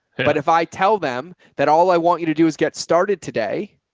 but if i tell them that all i want you to do is get started today.